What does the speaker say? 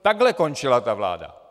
Takhle končila ta vláda.